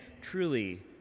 Truly